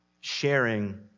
sharing